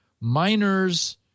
miners